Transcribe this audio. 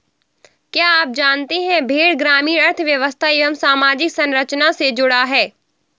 क्या आप जानते है भेड़ ग्रामीण अर्थव्यस्था एवं सामाजिक संरचना से जुड़ा है?